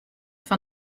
fan